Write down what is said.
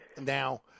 now